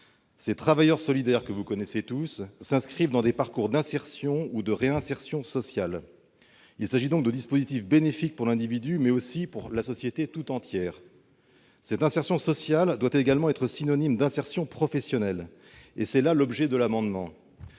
Ces travailleurs solidaires que vous connaissez tous s'inscrivent dans des parcours d'insertion ou de réinsertion sociale. Il s'agit donc de dispositifs bénéfiques pour l'individu, mais aussi pour la société tout entière. Cette insertion sociale doit également être synonyme d'insertion professionnelle. C'est là tout l'objet du présent amendement.